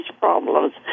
problems